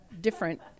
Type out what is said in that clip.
different